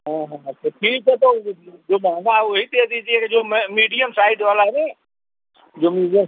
हाँ हाँ तो ठीक है तो जो महंगा है वही दे दीजिएगा जो मीडियम साइज वाला है ना जो मीडियम